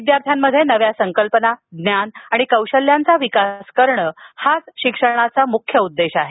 विद्यार्थ्यांमध्ये नव्या संकल्पना ज्ञान आणि कौशल्यांचा विकास करणे हाच शिक्षणाचा मुख्य उद्देश आहे